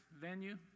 venue